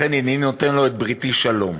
לכן הנני נותן לו את בריתי שלום.